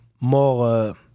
more